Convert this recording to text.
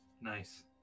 Nice